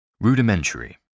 Rudimentary